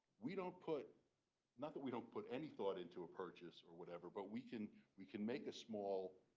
we don't put not that we don't put any thought into a purchase or whatever but we can we can make a small,